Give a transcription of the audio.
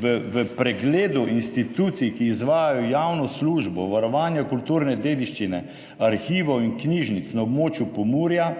v pregledu institucij, ki izvajajo javno službo varovanja kulturne dediščine, arhivov in knjižnic na območju Pomurja,